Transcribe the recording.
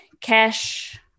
cash